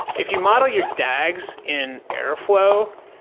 if you model your dags in airflow,